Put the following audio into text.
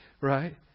Right